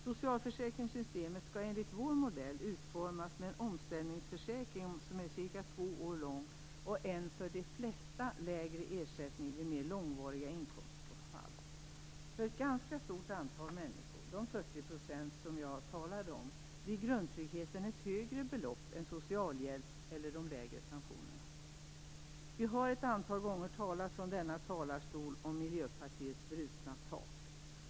Socialförsäkringssystemet skall enligt vår modell utformas med en omställningsförsäkring som är cirka två år lång och en för de flesta lägre ersättning vid mer långvariga inkomstbortfall. För ett ganska stort antal människor - de 40 % som jag talade om - motsvarar grundtryggheten ett högre belopp än socialhjälp eller de lägre pensionerna. Vi har ett antal gånger från denna talarstol talat om Miljöpartiets brutna tak.